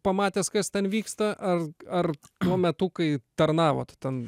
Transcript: pamatęs kas ten vyksta ar ar tuo metu kai tarnavot ten